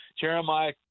Jeremiah